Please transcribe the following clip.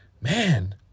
man